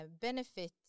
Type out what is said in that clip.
benefit